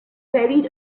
varied